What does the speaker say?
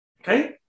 Okay